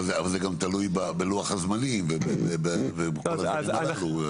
אבל זה גם תלוי בלוח הזמנים ובכל הדברים הללו.